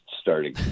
starting